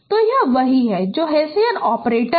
तो यह वही है जो हेसियन ऑपरेटर है